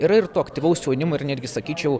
yra ir to aktyvaus jaunimo ir netgi sakyčiau